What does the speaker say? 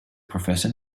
professor